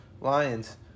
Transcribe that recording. Lions